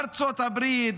ארצות הברית,